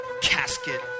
casket